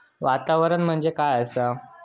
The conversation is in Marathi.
वातावरण म्हणजे काय आसा?